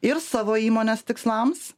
ir savo įmonės tikslams